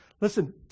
Listen